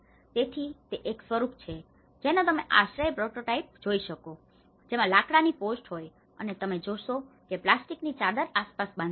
તેથી તે તે એક સ્વરૂપ છે જેનો તમે આશ્રય પ્રોટોટાઇપ જોઈ શકો છો જેમાં લાકડાની પોસ્ટ હોય છે અને તમે જોશો કે પ્લાસ્ટિકની ચાદર આસપાસ બાંધેલી છે